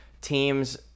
teams